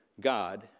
God